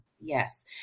Yes